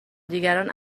دیگران